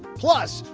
plus,